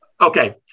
Okay